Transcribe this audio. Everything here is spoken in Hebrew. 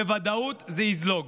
בוודאות זה יזלוג.